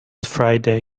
friday